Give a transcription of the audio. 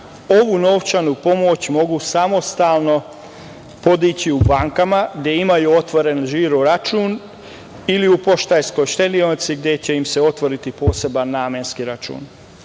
ovu novčanu pomoć mogu samostalno podići u bankama gde imaju otvoren žiro račun ili u Poštanskoj štedionici gde će im se otvoriti poseban namenski račun.